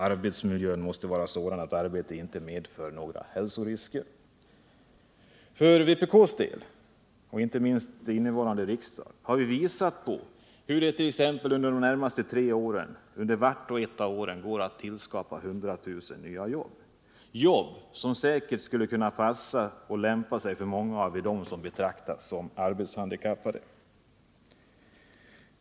Arbetsmiljön måste vara sådan att arbetet inte medför några hälsorisker. Vpk har —-inte minst under innevarande riksdag — visat på att det under vart och ett av de tre närmaste åren går att tillskapa 100 000 nya jobb, som säkert skulle kunna lämpa sig för många av dem som betraktas såsom arbetshandikappade.